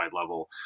level